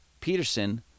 Peterson